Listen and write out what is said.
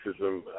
racism